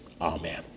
Amen